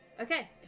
okay